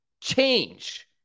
change